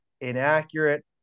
inaccurate